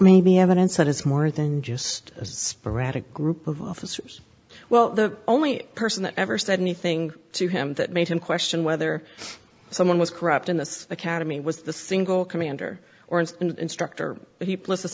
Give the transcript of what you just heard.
may be evidence that is more than just a sporadic group of officers well the only person that ever said anything to him that made him question whether someone was corrupt in the academy was the single commander or an instructor but he li